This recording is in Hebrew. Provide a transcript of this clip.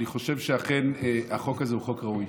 אני חושב שאכן החוק הזה הוא חוק ראוי